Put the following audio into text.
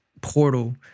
portal